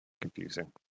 Confusing